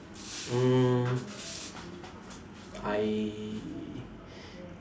mm I